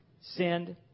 send